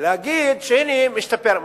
ולהגיד ש"הנה משתפר".